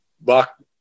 buck